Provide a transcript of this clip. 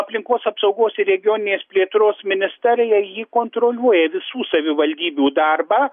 aplinkos apsaugos ir regioninės plėtros ministerija ji kontroliuoja visų savivaldybių darbą